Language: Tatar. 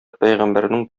пәйгамбәрнең